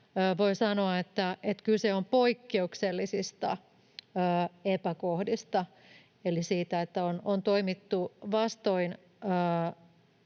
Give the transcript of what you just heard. voi sanoa, että kyse on poikkeuksellisista epäkohdista eli siitä, että on toimittu vastoin